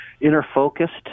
inner-focused